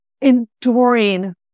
enduring